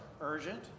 urgent